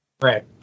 Right